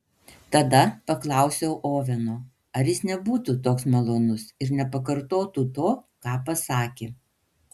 tada paklausiau oveno ar jis nebūtų toks malonus ir nepakartotų to ką pasakė